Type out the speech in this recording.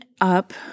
up